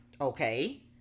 okay